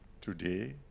today